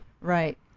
Right